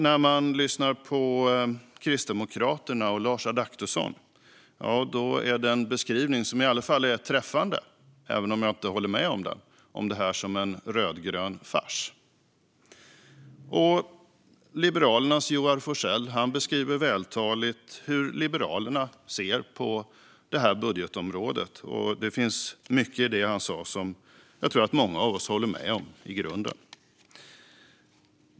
När man lyssnar på Kristdemokraterna och Lars Adaktusson är det en beskrivning som i alla fall är träffande, även om jag inte håller med om den, av det här som en rödgrön fars. Och Liberalernas Joar Forssell beskriver vältaligt hur Liberalerna ser på det här budgetområdet. Det finns mycket i det han sa som jag tror att många av oss håller med om i grunden.